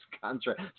contract